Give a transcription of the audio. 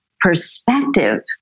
perspective